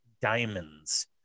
diamonds